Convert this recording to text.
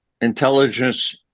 intelligence